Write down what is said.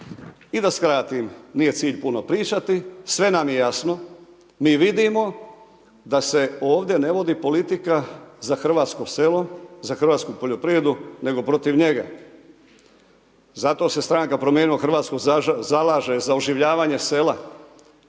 I da skratim, nije cilj puno pričati. Sve nam je jasno, mi vidimo da se ovdje ne vodi politika za hrvatsko selo, za hrvatsku poljoprivredu nego protiv njega. Zato se stranka Promijenimo Hrvatsku zalaže za oživljavanje sela,